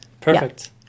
Perfect